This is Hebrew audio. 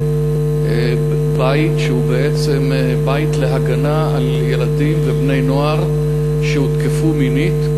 בית שהוא בעצם בית להגנה על ילדים ובני-נוער שהותקפו מינית.